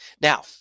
Now